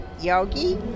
Yogi